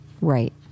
Right